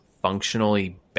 functionally